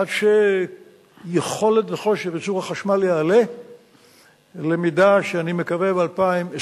עד שהיכולת וכושר הייצור של החשמל יעלו למידה שאני מקווה שב-2020